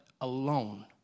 alone